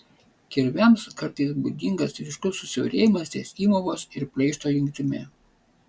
kirviams kartais būdingas ryškus susiaurėjimas ties įmovos ir pleišto jungtimi